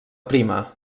prima